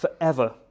forever